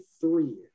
three